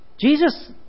Jesus